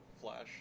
Flash